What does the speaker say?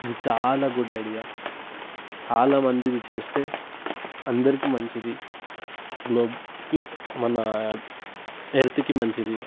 ఇది చాలా good idea చాలా మంది ఇది చేస్తే అందరికి మంచిది గ్లోబుకి మన హెల్త్కి మంచిది